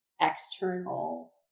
external